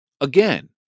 Again